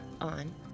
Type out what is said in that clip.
on